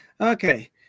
Okay